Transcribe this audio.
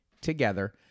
together